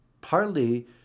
partly